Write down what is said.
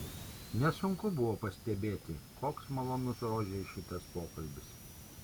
nesunku buvo pastebėti koks malonus rožei šitas pokalbis